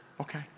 okay